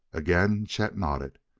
again chet nodded.